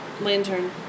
Lantern